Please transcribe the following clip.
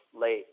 late